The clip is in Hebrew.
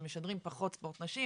שמשדרים פחות ספורט נשים,